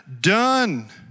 Done